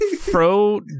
Pro